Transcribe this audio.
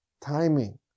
timing